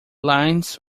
lines